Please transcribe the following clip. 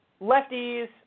lefties